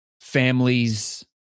families